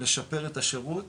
לשפר את השירות